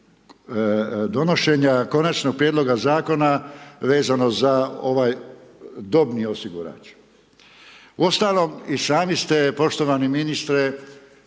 donošenja Konačnog prijedloga zakona vezano za ovaj dobni osigurač. Uostalom i sami ste poštovani ministre,